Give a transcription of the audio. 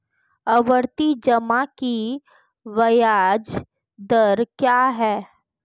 आवर्ती जमा की ब्याज दर क्या है?